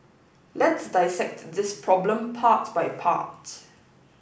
let's dissect this problem part by part